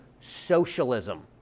socialism